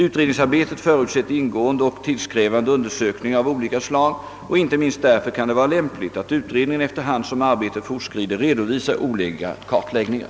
Utredningsarbetet förutsätter ingående och tidskrävande undersökningar av olika slag och inte minst därför kan det vara lämpligt att utredningen efter hand som arbetet fortskrider redovisar olika kartläggningar.